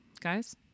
Guys